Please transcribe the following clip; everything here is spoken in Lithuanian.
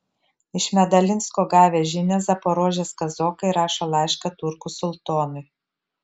iš medalinsko gavę žinią zaporožės kazokai rašo laišką turkų sultonui